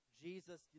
Jesus